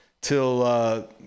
till